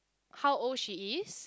how old she is